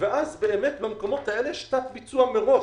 אז, באמת, במקומות האלה יש שיטת ביצוע מראש.